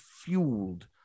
fueled